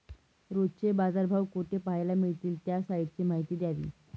रोजचे बाजारभाव कोठे पहायला मिळतील? त्या साईटची माहिती द्यावी